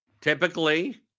Typically